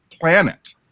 planet